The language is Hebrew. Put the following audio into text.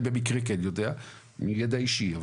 אני במקרה כן יודע מידע אישי,